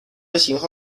型号